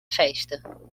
festa